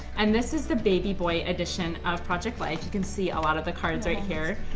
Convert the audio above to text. and this is the baby boy edition of project life. you can see a lot of the cards right here,